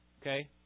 Okay